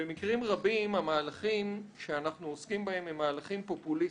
במקרים רבים המהלכים שאנחנו עוסקים בהם הם מהלכים פופוליסטים.